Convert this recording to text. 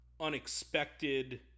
unexpected